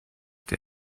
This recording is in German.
der